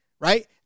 right